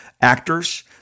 actors